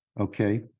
Okay